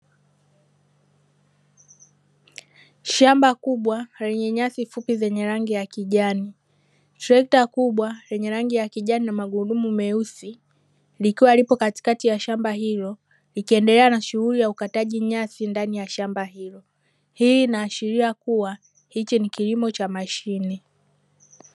Shamba kubwa lenye nyasi fupi zenye rangi ya kijani. Trekta kubwa lenye rangi ya kijani na magurudumu meusi, likiwa lipo katikati ya shamba hilo, likiendelea na shughuli ya ukataji nyasi ndani ya shamba hilo. Hii inaashiria kuwa hiki ni kilimo cha mashine.